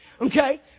Okay